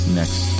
next